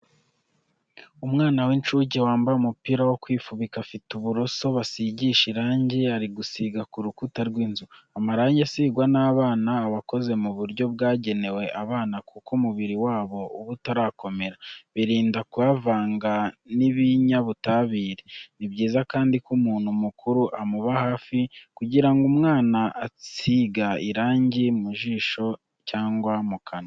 Umwana w'incuke wambaye umupira wo kwifubika afite uburoso basigisha irangi ari gusiga ku rukuta rw'inzu. Amarangi asigwa n'abana aba akoze mu buryo bwagenewe abana kuko umubiri wabo uba utarakomera, birinda kuyavanga n'ibinyabutabire. Ni byiza kandi ko umuntu mukuru amuba hafi kugira ngo umwana atisiga irangi mu jisho cyangwa mu kanwa.